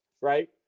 right